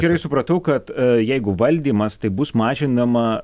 gerai supratau kad jeigu valdymas tai bus mažinama